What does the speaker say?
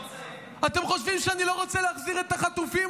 אתם חושבים שאני לא רוצה להחזיר את החטופים,